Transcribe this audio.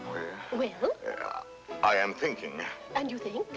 which i am thinking and you think